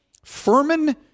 Furman